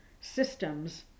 systems